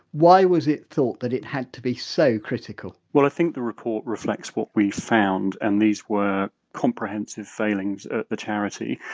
why was it thought that it had to be so critical? well i think the report reflects what we found and these were comprehensive failings at the charity.